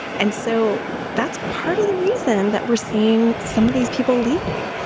and so that's part of the reason that we're seeing some of these people leaving.